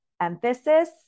emphasis